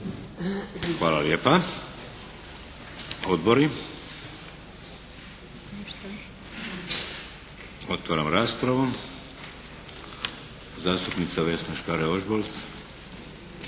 Hvala lijepa. Odbori? Otvaram raspravu. Zastupnica Vesna Škare Ožbolt.